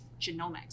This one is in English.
genomics